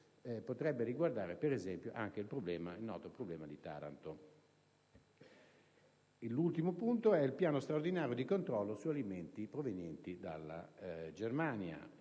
potrebbe riguardare, per esempio, anche il noto problema di Taranto. L'ultimo punto è il piano straordinario di controllo su alimenti provenienti dalla Germania.